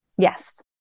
Yes